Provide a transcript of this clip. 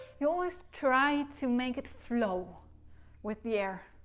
you always try to make it flow with the air.